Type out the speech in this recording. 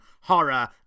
horror